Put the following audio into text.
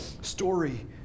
story